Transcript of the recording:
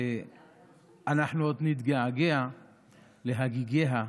ואנחנו עוד נתגעגע להגיגיה,